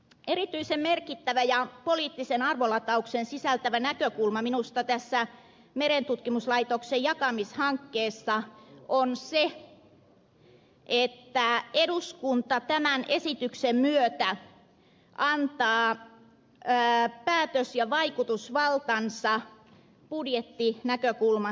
erityisen merkittävä ja poliittisen arvolatauksen sisältävä näkökulma minusta tässä merentutkimuslaitoksen jakamishankkeessa on se että eduskunta tämän esityksen myötä antaa päätös ja vaikutusvaltansa budjettinäkökulmasta pois